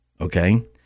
Okay